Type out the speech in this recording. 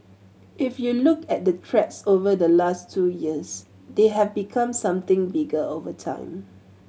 if you look at the threats over the last two years they have become something bigger over time